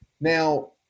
Now